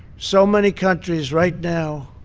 so many countries right now,